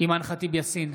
אימאן ח'טיב יאסין,